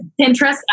Pinterest